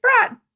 brought